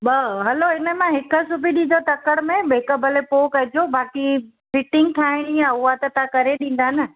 ॿ हलो हिनमां हिक सुबी ॾिजो तकिड़ में हिक भले पोइ कजो बाक़ी फिटिंग ठाहिणी आहे उहो त तव्हां करे ॾींदा न